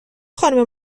خانوم